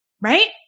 Right